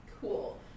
Cool